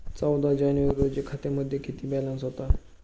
चौदा जानेवारी रोजी खात्यामध्ये किती बॅलन्स होता?